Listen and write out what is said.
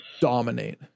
dominate